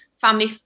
family